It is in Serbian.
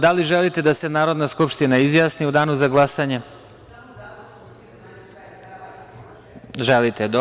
Da li želite da se Narodna skupština izjasni u danu za glasanje? (Vjerica Radeta: Da.) Želite.